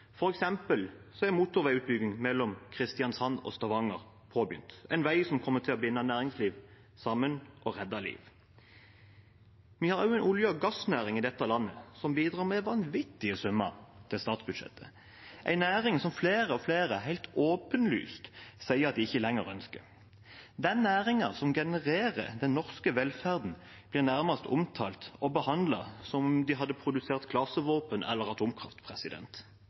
er motorveiutbygging mellom Kristiansand og Stavanger påbegynt, en vei som kommer til å binde næringsliv sammen og redde liv. Vi har også en olje- og gassnæring i dette landet som bidrar med vanvittige summer til statsbudsjettet, en næring som flere og flere helt åpenlyst sier at de ikke lenger ønsker. Den næringen som genererer den norske velferden, blir nærmest omtalt og behandlet som om de hadde produsert klasevåpen eller atomkraft.